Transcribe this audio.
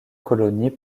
colonie